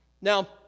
Now